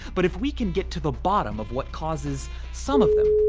but if we can get to the bottom of what causes some of them,